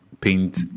paint